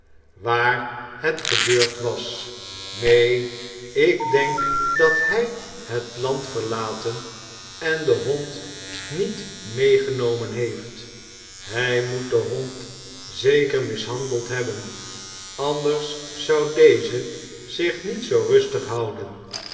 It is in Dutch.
waar het gebeurd was neen ik denk dat hij het land verlaten en den hond niet meegenomen heeft hij moet den hond zeker mishandeld hebben anders zou deze zich niet zoo rustig houden